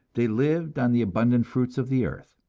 they lived on the abundant fruits of the earth.